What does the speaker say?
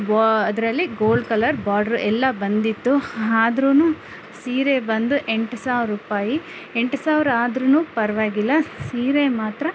ಅದ್ರಲ್ಲಿ gold colour border ಎಲ್ಲ ಬಂದಿತ್ತು ಆದ್ರುನು ಸೀರೆ ಬಂದು ಎಂಟು ಸಾವಿರ ರೂಪಾಯಿ ಎಂಟು ಸಾವಿರ ಆದ್ರೂ ಪರವಾಗಿಲ್ಲ ಸೀರೆ ಮಾತ್ರ